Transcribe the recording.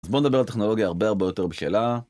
אז בוא נדבר על טכנולוגיה הרבה הרבה יותר בשלה